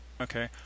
Okay